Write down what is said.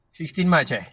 sixteen march eh